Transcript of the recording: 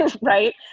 right